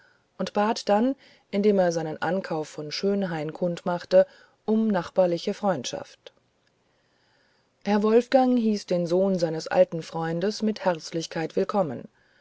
und bat dann indem er seinen ankauf von schönhain kundmachte um nachbarliche freundschaft herr wolfgang hieß den sohn seines alten freundes mit herzlichkeit willkommen